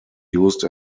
used